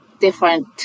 different